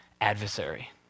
adversary